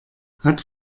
hat